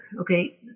Okay